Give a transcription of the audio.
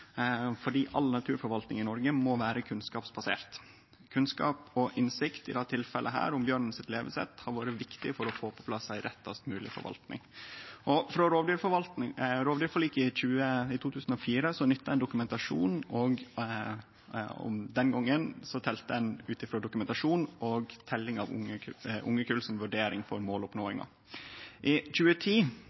all naturforvalting i Noreg må vere kunnskapsbasert. Kunnskap og innsikt, i dette tilfellet om levesettet til bjørnen, har vore viktig for å få på plass ei rettast mogleg forvalting. Frå rovdyrforliket i 2004 nytta ein dokumentasjon og teljing av ungekull som vurdering for måloppnåinga. I 2010 fekk ein på plass gjeldande modell. Han er utvikla som ein del av det skandinaviske bjørneprosjektet, og det er den modellen som blir nytta i